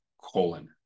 colon